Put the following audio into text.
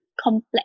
complex